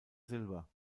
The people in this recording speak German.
silber